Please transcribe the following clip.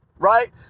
Right